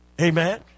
Amen